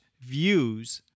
views